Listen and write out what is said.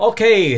Okay